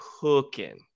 cooking